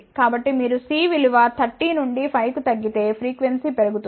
కాబట్టిమీరు C విలువ 30 నుండి 5 కు తగ్గితే ఫ్రీక్వెన్సీ పెరుగుతుంది